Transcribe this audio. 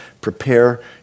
prepare